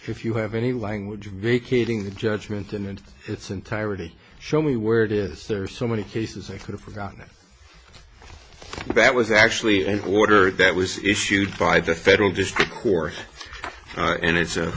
if you have any language vacating the judgment and in its entirety show me where it is there are so many cases i could have forgotten that that was actually an order that was issued by the federal district court and it's a